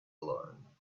alone